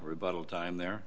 rebuttal time there